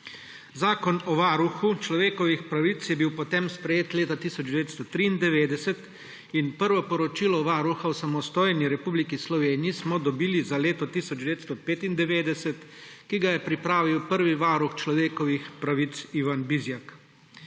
Zakon o varuhu človekovih pravic je bil potem sprejet leta 1993 in prvo poročilo Varuha v samostojni Republiki Sloveniji smo dobili za leto 1995, pripravil ga je prvi varuh človekovih pravic Ivan Bizjak.